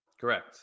Correct